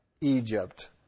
Egypt